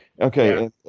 Okay